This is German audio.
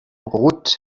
rot